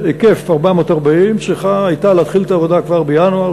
בהיקף 440 מגה-ואט צריכה הייתה להתחיל את העבודה כבר בינואר.